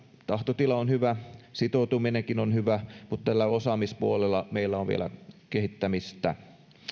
tahtotila on hyvä sitoutuminenkin on hyvä mutta osaamispuolella meillä on vielä kehittämistä